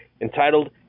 entitled